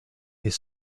est